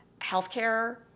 healthcare